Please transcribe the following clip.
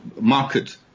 market